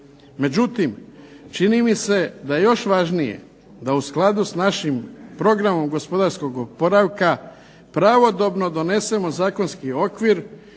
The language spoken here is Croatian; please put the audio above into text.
Međutim, čini mi se da je još važnije da u skladu s našim programom gospodarskog oporavka pravodobno donesemo zakonski okvir